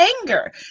anger